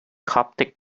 coptic